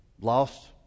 lost